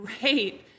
great